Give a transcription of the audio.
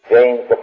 James